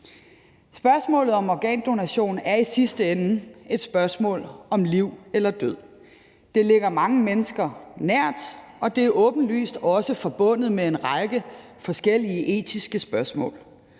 Spørgsmålet om organdonation er i sidste ende et spørgsmål om liv eller død. Det ligger mange mennesker nært, og det er åbenlyst også forbundet med en række forskellige etiske spørgsmål.